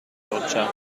doccia